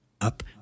Up